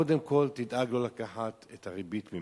קודם כול תדאג לא לקחת ממנו את הריבית.